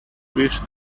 wish